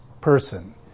person